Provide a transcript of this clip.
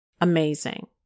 amazing